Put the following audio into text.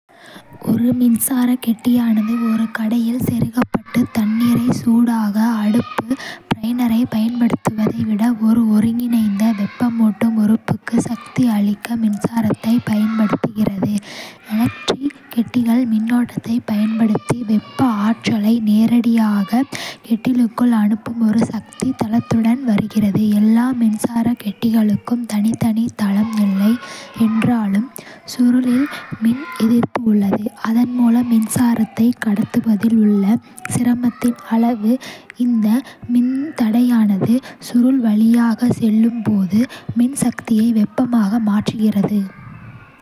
ஒரு மின்சார கெட்டியானது ஒரு கடையில் செருகப்பட்டு, தண்ணீரை சூடாக்க அடுப்பு பர்னரைப் பயன்படுத்துவதை விட, ஒரு ஒருங்கிணைந்த வெப்பமூட்டும் உறுப்புக்கு சக்தி அளிக்க மின்சாரத்தைப் பயன்படுத்துகிறது. எலெக்ட்ரிக் கெட்டில்கள் மின்னோட்டத்தைப் பயன்படுத்தி வெப்ப ஆற்றலை நேரடியாக கெட்டிலுக்குள் அனுப்பும் ஒரு சக்தித் தளத்துடன் வருகிறது (எல்லா மின்சார கெட்டில்களுக்கும் தனித்தனி தளம் இல்லை என்றாலும். சுருளில் மின் எதிர்ப்பு உள்ளது (அதன் மூலம் மின்சாரத்தை கடத்துவதில் உள்ள சிரமத்தின் அளவு) இந்த மின்தடையானது சுருள் வழியாக செல்லும் போது மின் சக்தியை வெப்பமாக மாற்றுகிறது.